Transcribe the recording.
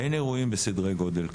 אין אירועים בסדרי גודל כאלה.